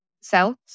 self